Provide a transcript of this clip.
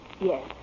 Yes